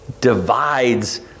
divides